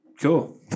Cool